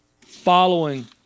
following